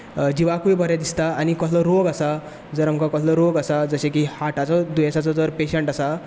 जिवाकूय बरें दिसता आनी कसलो रोग आसा जर आमकां कसलो रोग आसा जशें की हार्टाचो दुयेंसाचो जर पेशेंट आसा